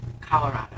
Colorado